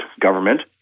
government